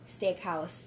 steakhouse